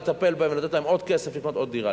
לטפל בהם ולתת להם עוד כסף לקנות עוד דירה.